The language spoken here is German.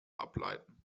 ableiten